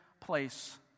place